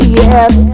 yes